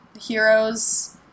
heroes